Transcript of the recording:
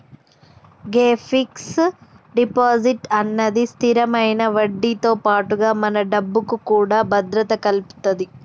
గే fix deposit అన్నది స్థిరమైన వడ్డీతో పాటుగా మన డబ్బుకు కూడా భద్రత కల్పితది